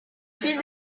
fil